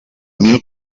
mil